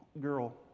girl